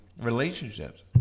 relationships